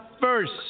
first